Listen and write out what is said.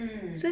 mm